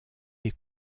les